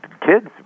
kids